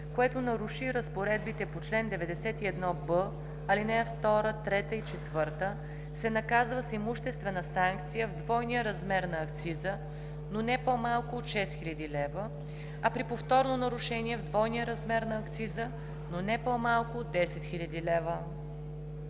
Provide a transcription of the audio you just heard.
което наруши разпоредбите на чл. 91б, ал. 2, 3 и 4, се наказва с имуществена санкция в двойния размер на акциза, но не по-малко от 6000 лв., а при повторно нарушение – в двойния размер на акциза, но не по-малко от 10 000 лв.“